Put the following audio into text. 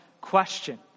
question